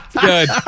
Good